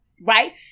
right